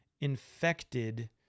infected